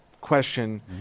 question